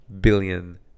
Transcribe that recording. billion